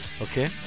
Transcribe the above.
Okay